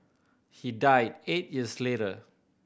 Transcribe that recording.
he died eight years later